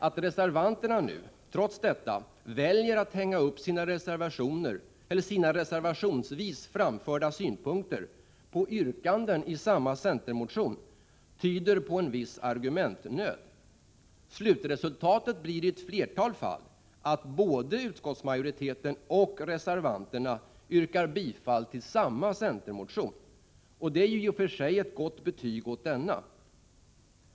Att reservanterna nu trots detta väljer att hänga upp sina reservationsvis framförda synpunkter på yrkanden i samma centermotion tyder på en viss argumentnöd. Slutresultatet blir i ett flertal fall att både utskottsmajoriteten och reservanterna yrkar bifall till samma centermotion, och det är ju i sig ett gott betyg åt denna.